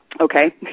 okay